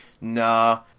nah